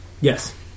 Yes